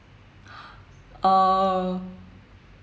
uh